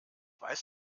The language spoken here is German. weiß